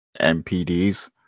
mpds